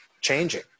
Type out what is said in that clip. changing